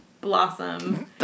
blossom